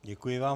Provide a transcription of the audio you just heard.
Děkuji vám.